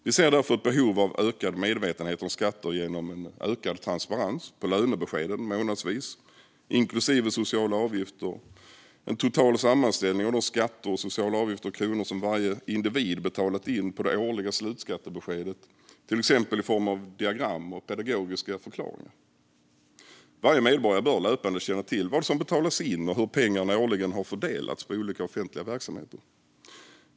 Vi ser därför behov av ökad medvetenhet om skatter genom ökad transparens på lönebeskeden månadsvis, inklusive sociala avgifter samt en total sammanställning på det årliga slutskattebeskedet av de skatter och sociala avgifter i kronor som varje individ betalat in, till exempel i form av diagram och pedagogiska förklaringar. Varje medborgare bör löpande känna till vad som betalas in och hur pengarna årligen har fördelats på olika offentliga verksamheter.